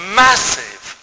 massive